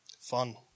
fun